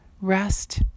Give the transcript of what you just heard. rest